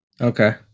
Okay